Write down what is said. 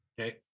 Okay